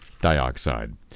dioxide